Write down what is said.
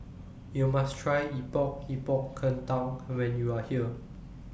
YOU must Try Epok Epok Kentang when YOU Are here